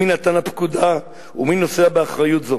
מי נתן את הפקודה ומי נושא באחריות זו.